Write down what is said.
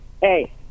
Hey